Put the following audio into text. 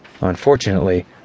Unfortunately